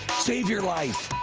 save your life.